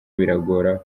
biragora